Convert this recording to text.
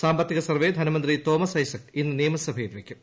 സാമ്പത്തിക സർവ്വേ ധനമന്ത്രി തോമസ് ഐസക് ഇന്ന് നിയമസഭയിൽ വയ്ക്കും